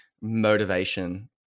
motivation